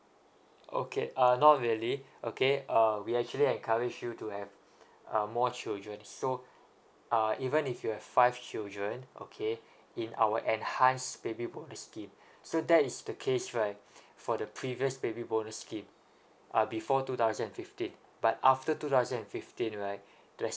okay uh not really okay uh we actually encourage you to have uh more children so uh even if you have five children okay in our enhanced baby bonus scheme so that is the case right for the previous baby bonus scheme uh before two thousand and fifteen but after two thousand and fifteen right there's